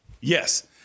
Yes